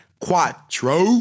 Quattro